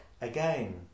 again